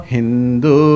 Hindu